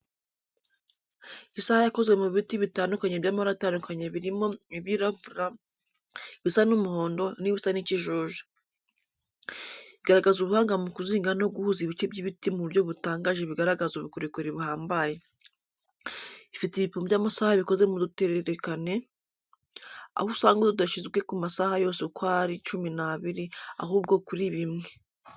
Isaha yakozwe mu biti bitandukanye by’amabara atandukanye birimo ibirabura, ibisa n’umuhondo n’ibisa n’ikijuju. Igaragaza ubuhanga mu kuzinga no guhuza ibice by’ibiti mu buryo butangaje bigaragaza ubukorikori buhambaye. Ifite ibipimo by’amasaha bikoze mu duterekerane, aho usanga tudashyizwe ku masaha yose uko ari cumi n'abiri, ahubwo kuri bimwe.